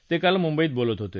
ते काल मुंबईत बोलत होते